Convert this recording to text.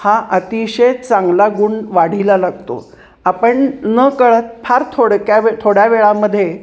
हा अतिशय चांगला गुण वाढीला लागतो आपण नकळत फार थोडक्या व थोड्या वेळामध्ये